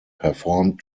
performed